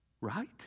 right